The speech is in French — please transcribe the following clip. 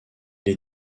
est